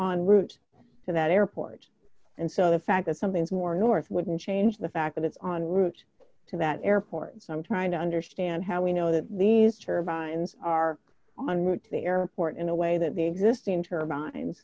route to that airport and so the fact that something is more north wouldn't change the fact that it's on route to that airport so i'm trying to understand how we know that these turbines are on route to the airport in a way that the existing turbines